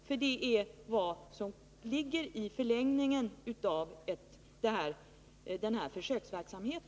Det är nämligen vad som ligger i förlängningen av denna försöksverksamhet.